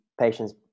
patients